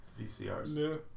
VCRs